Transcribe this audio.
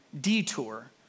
detour